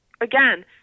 again